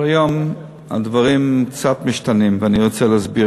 אבל היום הדברים קצת משתנים, ואני רוצה להסביר.